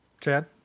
Chad